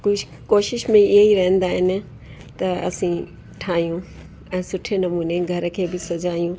कुझु कोशिश में इयं ई रहंदा आहिनि त असीं ठाहियूं ऐं सुठे नमूने घर खे बि सजायूं